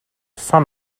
son